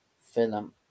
film